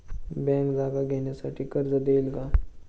Bank जागा घेण्यासाठी कर्ज देईल का?